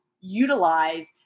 utilize